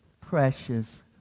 precious